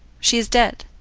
she is dead.